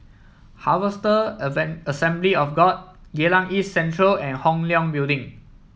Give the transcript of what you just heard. Harvester Assembly of God Geylang East Central and Hong Leong Building